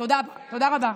תודה, תודה רבה.